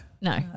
No